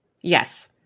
Yes